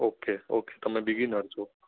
okay okay તમે beginner છો